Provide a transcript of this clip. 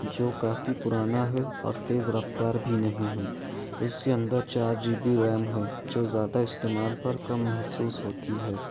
جو کافی پرانا ہے اور تیز رفتار بھی نہیں ہے اس کے اندر چار جی بی ریم ہے جو زیادہ استعمال پر کم محسوس ہوتی ہے